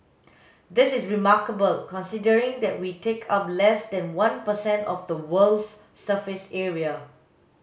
this is remarkable considering that we take up less than one per cent of the world's surface area